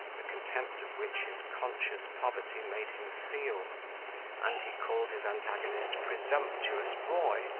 the contempt of which his conscious poverty made him feel and he called his antagonist presumptuous boy,